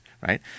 right